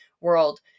world